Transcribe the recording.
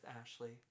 Ashley